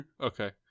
Okay